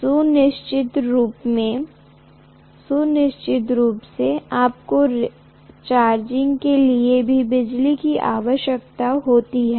सुनिश्चित रूप से आपको चार्जिंग के लिए भी बिजली की आवश्यकता होती है